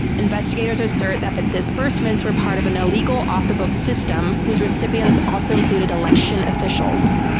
investigators are certain that the disbursements were part of an illegal, off-the-books system whose recipients also included election officials.